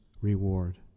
reward